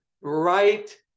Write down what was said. right